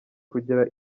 kugira